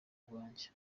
bwanjye